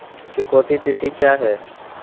चुकौती तिथि क्या है?